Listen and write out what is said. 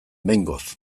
behingoz